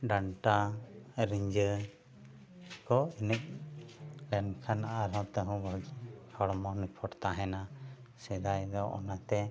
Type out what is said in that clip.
ᱰᱟᱱᱴᱟ ᱨᱤᱸᱡᱷᱟᱹ ᱠᱚ ᱮᱱᱮᱡ ᱟᱨ ᱦᱚᱸ ᱛᱟᱹᱦᱩ ᱵᱷᱟᱹᱜᱤ ᱦᱚᱲᱢᱚ ᱱᱤᱯᱷᱩᱴ ᱛᱟᱦᱮᱱᱟ ᱥᱮᱫᱟᱭ ᱫᱚ ᱚᱱᱟᱛᱮ